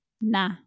nah